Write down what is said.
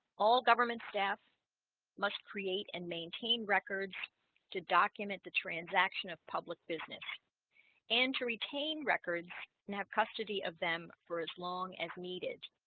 all government staff must create and maintain records to document the transaction of public business and to retain records and have custody of them for as long as needed